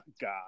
God